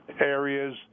areas